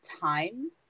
time